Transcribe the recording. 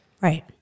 Right